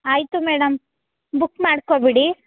ಆಯಿತು madam book ಮಾಡ್ಕೊಬಿಡಿ